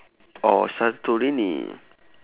or santorini